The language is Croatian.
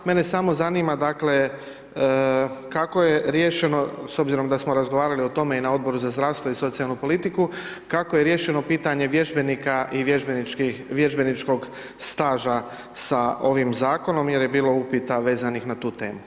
Mene samo zanima, dakle, kako je riješeno, s obzirom da smo razgovarali o tome i na Odboru za zdravstvo i socijalnu politiku, kako je riješeno pitanje vježbenika i vježbeničkog staža sa ovim zakonom, jer je bilo upita veznih na tu temu.